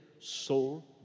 soul